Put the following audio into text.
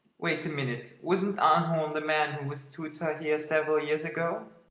wait a minute wasn't arnholm the man who was tutor here several years ago?